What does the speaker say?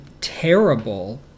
terrible